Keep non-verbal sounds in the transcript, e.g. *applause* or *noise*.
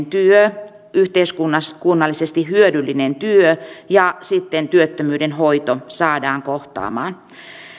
*unintelligible* työ yhteiskunnallisesti hyödyllinen työ ja sitten työttömyyden hoito saadaan kohtaamaan